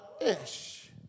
Ish